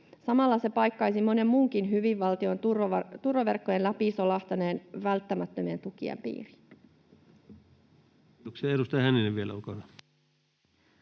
Samalla se paikkaisi monen muunkin hyvinvointivaltion turvaverkkojen läpi solahtaneen välttämättömien tukien piiriin. [Speech 207] Speaker: Ensimmäinen